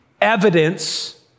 evidence